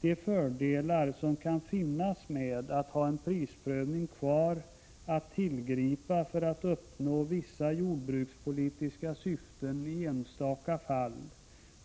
De fördelar som kan finnas med att ha en prisprövning kvar att tillgripa för att uppnå vissa jordbrukspolitiska syften i enstaka fall